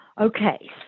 Okay